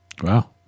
Wow